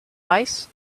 ice